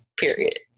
period